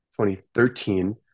2013